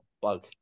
Bug